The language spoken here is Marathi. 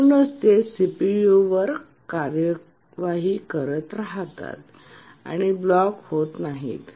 म्हणूनच ते सीपीयूवर कार्यवाही करत राहतात आणि ब्लॉक होत नाहीत